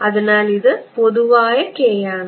അതിനാൽ ഇത് പൊതുവായ k യാണ്